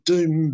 Doom